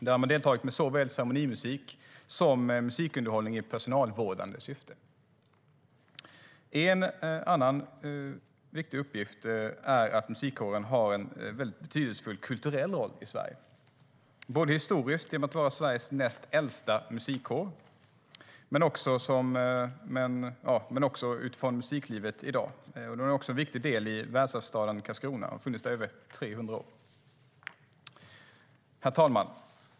Den har deltagit med såväl ceremonimusik som musikunderhållning i personalvårdande syfte. En annan viktig uppgift är att musikkåren har en betydelsefull kulturell roll i Sverige, både historiskt, genom att vara Sveriges näst äldsta musikkår, och i musiklivet i dag. Den har en viktig del i världsarvsstaden Karlskrona och har funnits där i över 300 år. Herr talman!